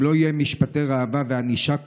אם לא יהיו משפטי ראווה וענישה קשה,